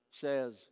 says